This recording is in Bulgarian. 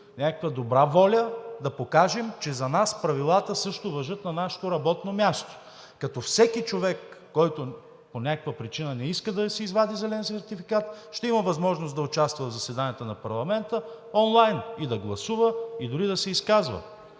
някаква добра воля да покажем, че за нас правилата също важат на нашето работно място, като всеки човек, който по някаква причина не иска да си извади зелен сертификат, ще има възможност да участва в заседанията на парламента онлайн и да гласува, и дори да се изказва,